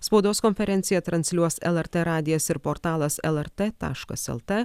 spaudos konferenciją transliuos lrt radijas ir portalas lrt taškas lt